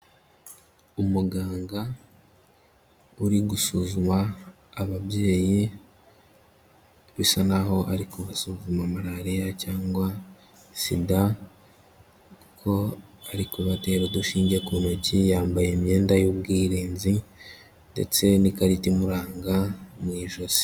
Umuganga uri gusuzuma ababyeyi bisa naho ari kubasuzuma malariya cyangwa SIDA kuko ari kubatera udushingiye ku ntoki, yambaye imyenda y'ubwirinzi ndetse n'ikarita imuranga mu ijosi.